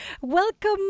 welcome